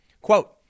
Quote